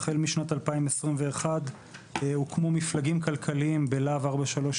החל בשנת 2021 הוקמו מפלגים כלכליים בלהב 433,